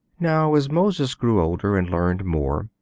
now, as moses grew older and learned more,